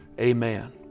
Amen